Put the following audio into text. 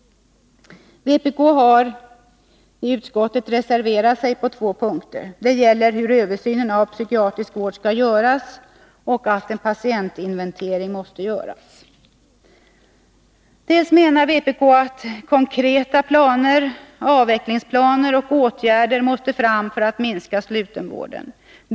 Vpk har i utskottet reserverat sig på två punkter. Reservationerna gäller hur översynen av psykiatrisk vård skall göras och att en patientinventering måste göras. Vpk menar att konkreta planer, avvecklingsplaner och åtgärder måste fram för att minska slutenvården.